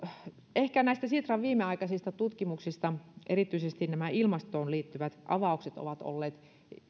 ehkä näistä sitran viimeaikaisista tutkimuksista erityisesti nämä ilmastoon liittyvät avaukset ovat olleet